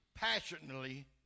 Passionately